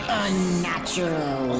unnatural